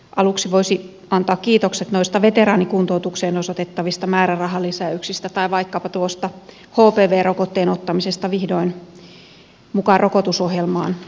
aluksi voisi antaa kiitokset noista veteraanikuntoutukseen osoitettavista määrärahalisäyksistä tai vaikkapa tuosta hpv rokotteen ottamisesta vihdoin mukaan rokotusohjelmaan